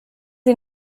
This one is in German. sie